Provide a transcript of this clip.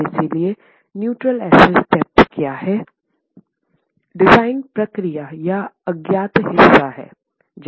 और इसलिए neutral axis depth क्या है डिज़ाइन प्रक्रिया का अज्ञात हिस्सा है